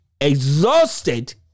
exhausted